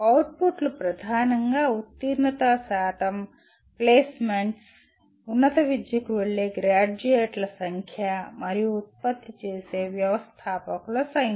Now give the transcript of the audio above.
అవుట్పుట్లు ప్రధానంగా ఉత్తీర్ణత శాతం ప్లేసెమెంట్స్ ఉన్నత విద్యకు వెళ్లే గ్రాడ్యుయేట్ల సంఖ్య మరియు ఉత్పత్తి చేసే వ్యవస్థాపకుల సంఖ్య